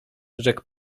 rzekł